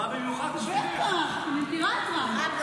מתברר שעם בנקים וסוכנויות דירוג האשראי זה לא